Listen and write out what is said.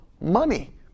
money